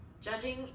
judging